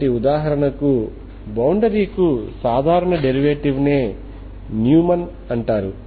కాబట్టి ఉదాహరణకు బౌండరీ కు సాధారణ డెరివేటివ్ నే న్యూమాన్ అంటారు